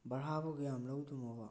ꯕꯔꯥꯕꯨ ꯀꯌꯥꯝ ꯂꯧꯗꯣꯏꯅꯣꯕ